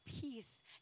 peace